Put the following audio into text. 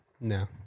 No